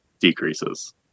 decreases